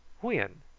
when?